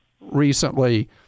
recently